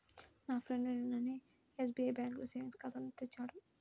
నా ఫ్రెండు నిన్ననే ఎస్బిఐ బ్యేంకులో సేవింగ్స్ ఖాతాను తెరిచాడు